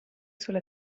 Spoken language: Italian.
sulla